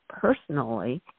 personally